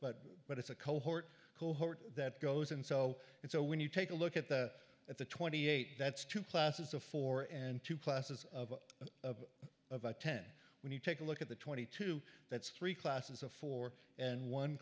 but but it's a cohort cohort that goes in so and so when you take a look at the at the twenty eight that's two classes of four and two classes of of a ten when you take a look at the twenty two that's three classes of four and one